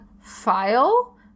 file